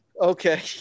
Okay